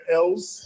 else